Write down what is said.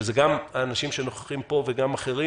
שזה גם האנשים שנוכחים פה וגם אחרים